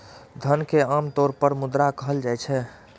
धन कें आम तौर पर मुद्रा कहल जाइ छै